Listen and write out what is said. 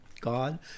God